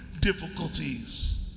difficulties